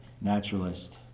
naturalist